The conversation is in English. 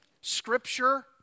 Scripture